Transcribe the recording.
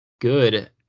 good